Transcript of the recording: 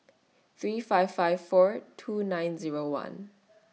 three five five four two nine Zero one